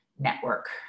network